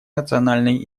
национальной